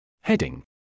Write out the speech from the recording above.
Heading